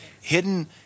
Hidden